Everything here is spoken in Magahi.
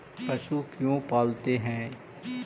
पशु क्यों पालते हैं?